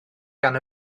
gan